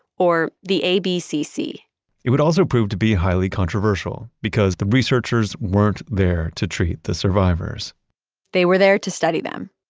or the abcc it would also prove to be highly controversial because the researchers weren't there to treat the survivors they were there to study them,